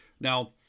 Now